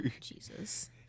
Jesus